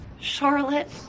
Charlotte